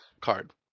card